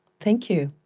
thank you.